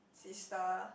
sister